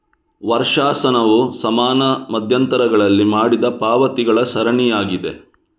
ವರ್ಷಾಶನವು ಸಮಾನ ಮಧ್ಯಂತರಗಳಲ್ಲಿ ಮಾಡಿದ ಪಾವತಿಗಳ ಸರಣಿಯಾಗಿದೆ